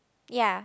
ya